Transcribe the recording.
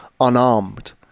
unarmed